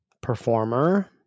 performer